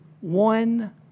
one